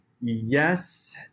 yes